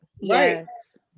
yes